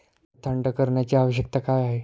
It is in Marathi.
फळ थंड करण्याची आवश्यकता का आहे?